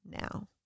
now